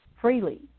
freely